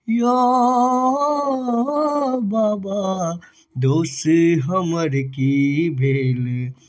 यौऽ बाबा दोष हमर कि भेल